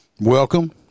Welcome